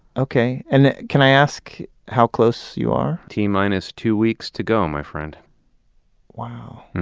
okay. and can i ask how close you are? t-minus two weeks to go, my friend wow.